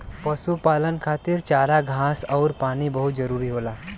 पशुपालन खातिर चारा घास आउर पानी बहुत जरूरी होला